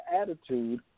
attitude